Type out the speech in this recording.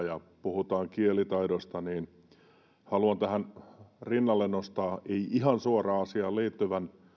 ja puhutaan kielitaidosta niin haluan tähän rinnalle nostaa ei ihan suoraan asiaan liittyvän